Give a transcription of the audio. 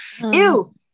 Ew